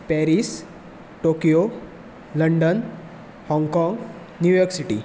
Paris Tokyo London Hong Kong New York city